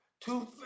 two